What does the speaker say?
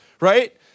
Right